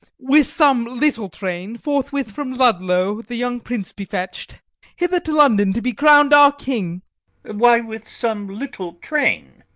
with some little train, forthwith from ludlow the young prince be fetched hither to london, to be crown'd our king why with some little train,